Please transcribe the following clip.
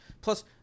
Plus